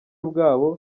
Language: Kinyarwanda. bwabo